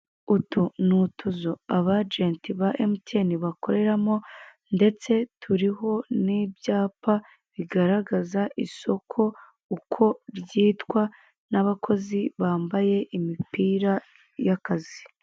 Utu ni utuzu aba ajenti ba emutiyeni bakoreramo, ndetse turiho n'ibyapa bigaragaza isoko uko ryitwa, n'abakozi bambaye imipira y'akazi.